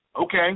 Okay